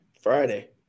Friday